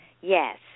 yes